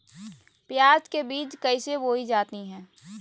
प्याज के बीज कैसे बोई जाती हैं?